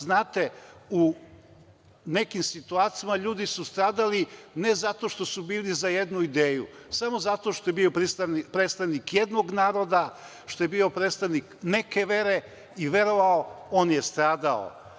Znate, u nekim situacijama ljudi su stradali ne zato što su bili za jednu ideju, samo zato što je bio prisutan predstavnik jednog naroda, što je bio predstavnik neke vere i verovao, on je stradao.